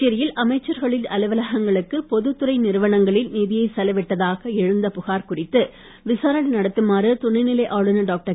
புதுச்சேரியில் அமைச்சர்களின் அலுவலகங்களுக்கு பொதுத்துறை நிறுவனங்களின் நிதியை செலவிட்டதாக எழுந்த புகார் குறித்து விசாரணை நடத்துமாறு துணைநிலை ஆளுநர் டாக்டர்